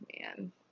man